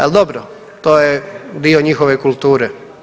Al dobro to je dio njihove kulture.